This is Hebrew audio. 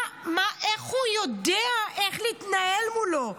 איך הוא יודע איך להתנהל מולו?